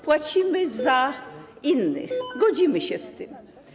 Płacimy za innych, godzimy się z tym.